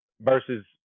versus